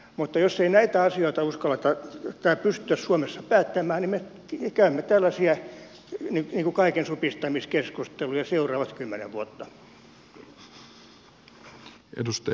mutta jos ei näitä asioita uskalleta tai pystytä suomessa päättämään niin me käymme tällaisia kaikensupistamiskeskusteluja seuraavat kymmenen vuotta